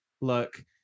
look